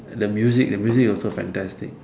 the music the music also fantastic